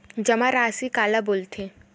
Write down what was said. जमा राशि काला बोलथे?